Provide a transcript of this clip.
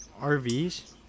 RVs